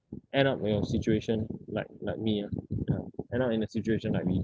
end up in your situation like like me ah ya end up in a situation Iike me